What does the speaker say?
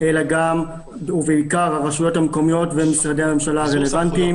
אלא גם ובעיקר הרשויות המקומיות ומשרדי הממשלה הרלוונטיים.